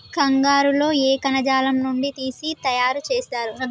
కంగారు లో ఏ కణజాలం నుండి తీసి తయారు చేస్తారు?